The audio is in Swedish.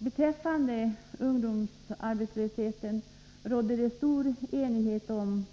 Beträffande ungdomsarbetslösheten rådde det enighet om